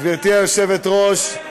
גברתי היושבת-ראש,